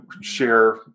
share